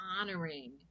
honoring